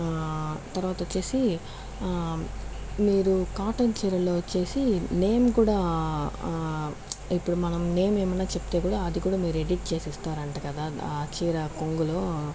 తర్వాత వచ్చేసి మీరు కాటన్ చీరలో వచ్చేసి నేమ్ కూడా ఇప్పుడు మనం నేమ్ ఏమైనా చెప్తే కూడా అది కూడా మీరు ఎడిట్ చేసి ఇస్తారు అంట కదా ఆ చీర కొంగులో